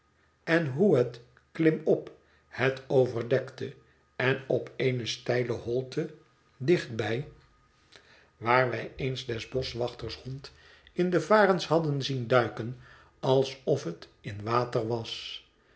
en hoe het klimop het overdekte en op eene steile holte dichtbij waar wij eens des boschwachters hond in de varens hadden zien duiken alsof het in water was